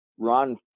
Ron